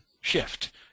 shift